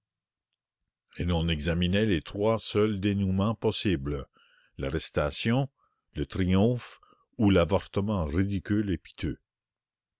et l'on examinait les trois seuls dénouements possibles l'arrestation le triomphe ou l'avortement ridicule et piteux